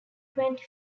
twenty